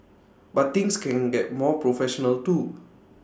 but things can get more professional too